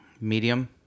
Medium